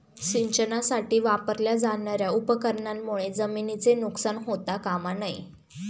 सिंचनासाठी वापरल्या जाणार्या उपकरणांमुळे जमिनीचे नुकसान होता कामा नये